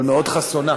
אבל מאוד חסונה,